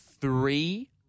Three